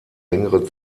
längere